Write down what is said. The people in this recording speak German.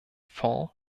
fonds